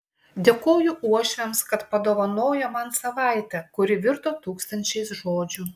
dėkoju uošviams kad padovanojo man savaitę kuri virto tūkstančiais žodžių